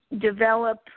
develop